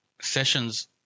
sessions